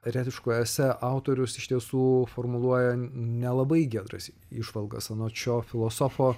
eretiškų esė autorius iš tiesų formuluoja nelabai geras įžvalgas anot šio filosofo